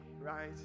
right